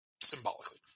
Symbolically